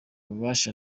ububasha